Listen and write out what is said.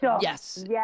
yes